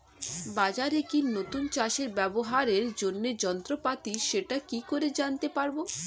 বাজারে কি নতুন চাষে ব্যবহারের জন্য যন্ত্রপাতি সেটা কি করে জানতে পারব?